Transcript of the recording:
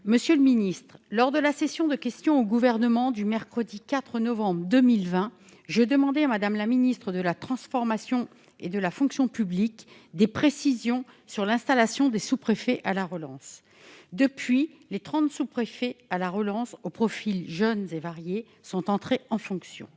Monsieur le ministre, lors de la séance de questions d'actualité au Gouvernement du mercredi 4 novembre dernier, j'ai demandé à Mme la ministre de la transformation et de la fonction publiques des précisions sur l'installation des sous-préfets à la relance. Depuis, les trente sous-préfets à la relance, aux profils jeunes et variés, sont entrés en fonction.